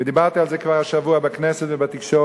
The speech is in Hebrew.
וכבר דיברתי על זה השבוע בכנסת ובתקשורת,